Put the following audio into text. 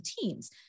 teams